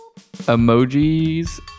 emojis